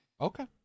Okay